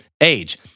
age